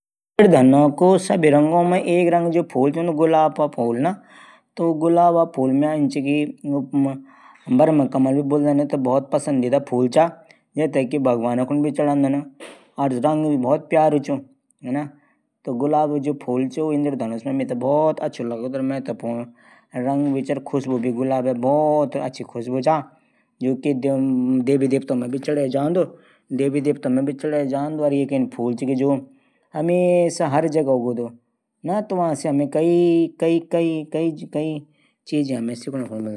व्यजन मां मेथे कंडली साग बहुत पंसद पर बनाण नी आदूं। और अगर कूवी मेथे कंडली साग और भात बणान सिखे द्या त मेथे बहुत खुशी वाली। मेथे कंडली साग और भात और बाडी बहुत पंसद है। इस बार मे मां न बणै छाई कंडली साग और भात और बाडी त मेथे बहुत पंशद आयी।